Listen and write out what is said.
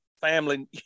family